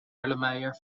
erlenmeyer